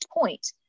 point